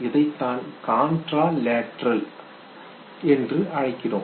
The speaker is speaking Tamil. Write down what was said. இதைத்தான் காண்ட்ரா லேட்ரல் எதிரெதிர் பக்கவாட்டு என்று அழைக்கிறோம்